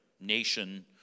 nation